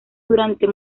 durante